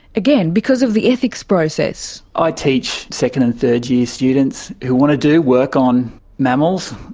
again because of the ethics process. i teach second and third-year students who want to do work on mammals.